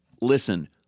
Listen